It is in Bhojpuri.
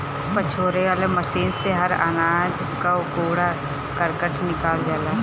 पछोरे वाला मशीन से हर अनाज कअ कूड़ा करकट निकल जाला